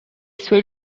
suoi